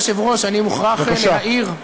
אדוני היושב-ראש, אני מוכרח להעיר,